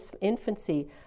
infancy